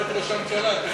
ראש הממשלה.